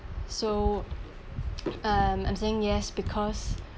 so um I'm saying yes because